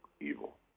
evil